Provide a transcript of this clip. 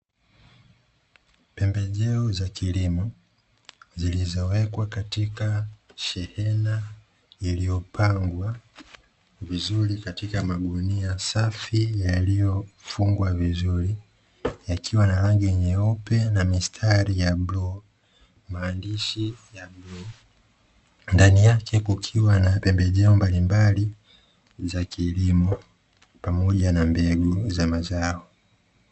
Pembejeo za kilimo zilizowekwa katika shehena iliyopangwa vizuri katika magunia safi yaliyofungwa vizuri yakiwa na rangi nyeupe, na mistari ya bluu, maandishi ya bluu. Ndani yake kukiwa na pembejeo mbalimbali za kilimo pamoja na mbegu za mazao.